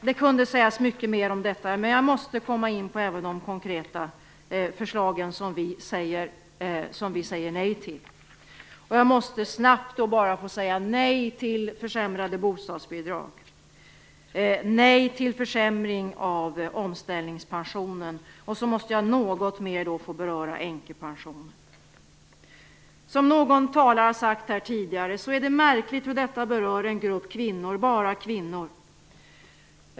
Det kunde sägas mycket mer om detta, men jag måste även komma in på de konkreta förslag som vi säger nej till. Jag måste snabbt få säga nej till försämrade bostadsbidrag och nej till försämring av omställningspensionen. Jag måste något mer få beröra änkepensionen. Som någon talare har sagt tidigare är det märkligt att detta bara berör kvinnor.